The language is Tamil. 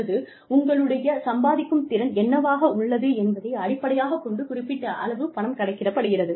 அல்லது உங்களுடைய சம்பாதிக்கும் திறன் என்னவாக உள்ளது என்பதை அடிப்படையாகக் கொண்டு குறிப்பிட்ட அளவு பணம் கணக்கிடப் படுகிறது